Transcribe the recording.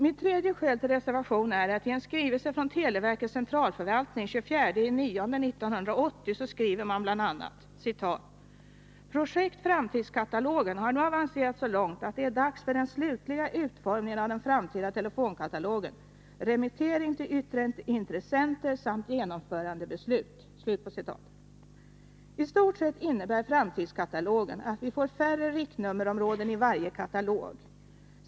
Mitt tredje skäl till reservation är att televerkets centralförvaltning i en skrivelse den 24 september 1980 anför: ”Projekt framtidskatalogen har nu avancerat så långt att det är dags för den slutliga utformningen av den framtida telefonkatalogen, remittering till yttre intressenter samt genomförandebeslut.” I stort sett innebär framtidskatalogen att vi får färre riktnummerområden i varje katalog.